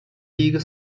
big